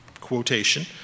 quotation